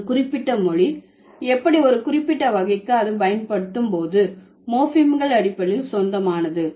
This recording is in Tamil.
ஒரு குறிப்பிட்ட மொழி எப்படி ஒரு குறிப்பிட்ட வகைக்கு அது பயன்படுத்தும் மோர்பீம்கள் அடிப்படையில் சொந்தமானது